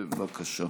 בבקשה.